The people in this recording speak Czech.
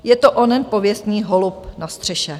Je to onen pověstný holub na střeše.